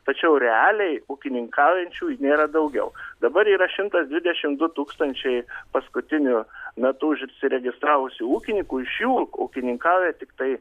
tačiau realiai ūkininkaujančių nėra daugiau dabar yra šimtas dvidešimt du tūkstančiai paskutiniu metu užsiregistravusių ūkininkų iš jų ūkininkauja tiktai